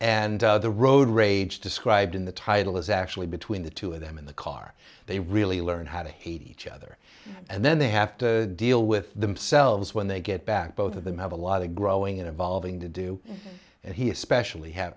and the road rage described in the title is actually between the two of them in the car they really learn how to hate each other and then they have to deal with them selves when they get back both of them have a lot of growing and evolving to do and he especially have